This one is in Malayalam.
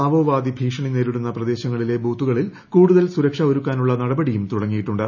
മാവോവാദി ഭീഷണി നേരിടുന്ന പ്രദേശങ്ങളിലെ ബൂത്തുകളിൽ കൂടുതൽ സുരക്ഷ ഒരുക്കാനുള്ള നടപടിയും തുടങ്ങിയിട്ടുണ്ട്